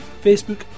Facebook